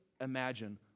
imagine